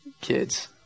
kids